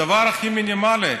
הדבר הכי מינימלי,